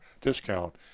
discount